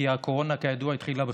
כי הקורונה התחילה,